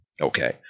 Okay